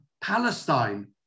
Palestine